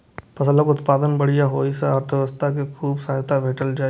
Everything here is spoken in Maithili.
फसलक उत्पादन बढ़िया होइ सं अर्थव्यवस्था कें खूब सहायता भेटै छै